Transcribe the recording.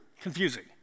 Confusing